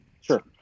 Sure